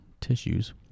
tissues